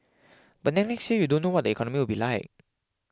but then next year you don't know what the economy will be like